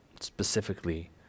specifically